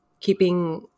keeping